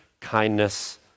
kindness